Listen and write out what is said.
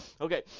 Okay